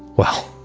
well.